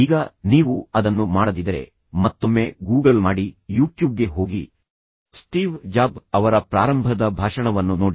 ಈಗ ನೀವು ಅದನ್ನು ಮಾಡದಿದ್ದರೆ ಮತ್ತೊಮ್ಮೆ ಗೂಗಲ್ ಮಾಡಿ ಯೂಟ್ಯೂಬ್ಗೆ ಹೋಗಿ ಸ್ಟೀವ್ ಜಾಬ್ Steve Job's ಅವರ ಪ್ರಾರಂಭದ ಭಾಷಣವನ್ನು ನೋಡಿ